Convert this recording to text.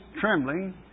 trembling